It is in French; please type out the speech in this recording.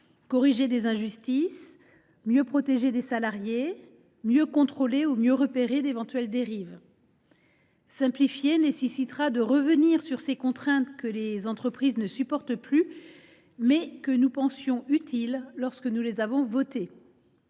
corriger des injustices, mieux protéger les salariés, mieux contrôler ou mieux repérer d’éventuelles dérives. Simplifier nécessitera de revenir sur ces contraintes que les entreprises ne supportent plus, mais que nous pensions utiles lorsque nous les avons votées.